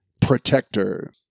Protector